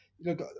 Look